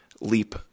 leap